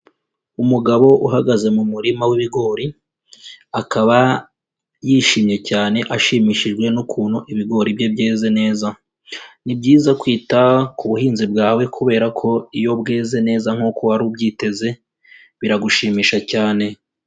Umugabo uhagaze mu murima w'ibigori akaba yishimye cyane ashimishijwe n'ukuntu ibigori bye byeze neza, Ni byiza kwita ku buhinzi bwawe kubera ko iyo bweze neza nkuko wari ubyiteze biragushimisha cyane.